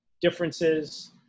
differences